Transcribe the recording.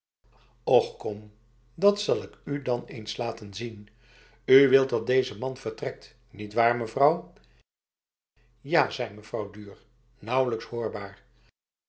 och kom dat zal ik u dan eens laten zien u wilt dat deze man vertrekt nietwaar mevrouw ja zei mevrouw duhr nauwelijks hoorbaar